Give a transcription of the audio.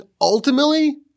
ultimately